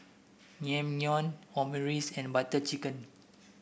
Naengmyeon Omurice and Butter Chicken